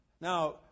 Now